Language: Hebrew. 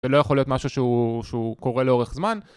ולא יכול להיות משהו שהוא, שהוא קורה לאורך זמן.